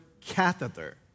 catheter